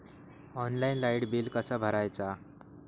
Online light bill कसा भरायचा?